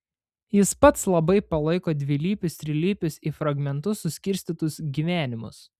jis pats labai palaiko dvilypius trilypius į fragmentus suskirstytus gyvenimus